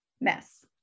mess